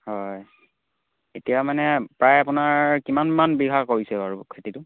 হয় এতিয়া মানে প্ৰায় আপোনাৰ কিমানমান বিঘাৰ কৰিছে বাৰু খেতিটো